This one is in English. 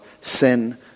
sin